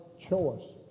choice